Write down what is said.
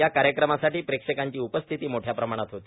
या कार्यक्रमासाठी प्रेक्षकांची उपस्थिती मोठ्या प्रमाणात होती